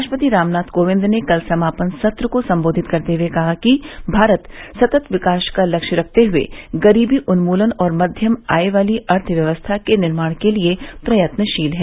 राष्ट्रपति रामनाथ कोविंद ने कल समापन सत्र को संबोधित करते हुए कहा कि भारत सतत विकास का लक्ष्य रखते हुए गरीबी उन्मूलन और मध्यम आय वाली अर्थव्यवस्था के निर्माण के लिए प्रयत्नशील है